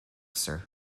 sir